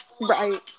Right